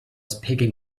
speaking